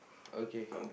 okay